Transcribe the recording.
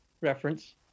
reference